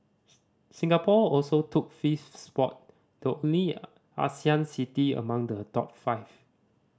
Singapore also took fifth spot the only Asian city among the top five